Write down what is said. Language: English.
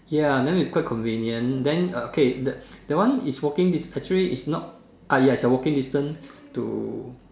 ya then we quite convenient then uh K that that one is walking distance actually is not ah ya is a walking distance to